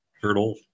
Turtle